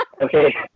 Okay